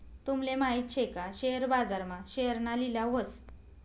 तूमले माहित शे का शेअर बाजार मा शेअरना लिलाव व्हस